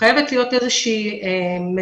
חייבת להיות איזה שהיא מגמה,